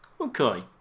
Okay